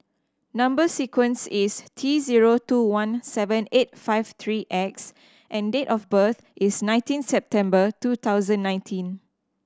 number sequence is T zero two one seven eight five three X and date of birth is nineteen September two thousand nineteen